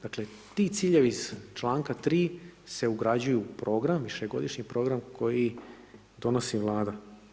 Dakle, ti ciljevi iz članka 3. se ugrađuju u program, višegodišnji program koji donosi Vlada.